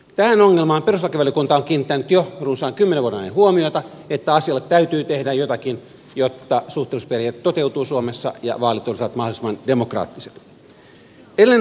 tähän ongelmaan perustuslakivaliokunta on kiinnittänyt jo runsaan kymmenen vuoden ajan huomiota että asialle täytyy tehdä jotakin jotta suhteellisuusperiaate toteutuu suomessa ja vaalit olisivat mahdollisimman demokraattiset